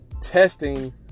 testing